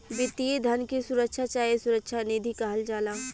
वित्तीय धन के सुरक्षा चाहे सुरक्षा निधि कहल जाला